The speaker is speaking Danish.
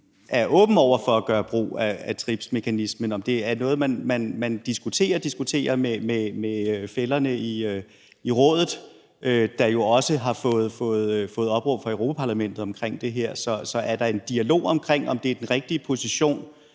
er åben over for at gøre brug af TRIPS-mekanismen. Så jeg vil godt høre, om det er noget, man diskuterer med fællerne i Rådet, som jo også har fået et opråb fra Europa-Parlamentet omkring det her. Er der en dialog om, at det er den rigtige position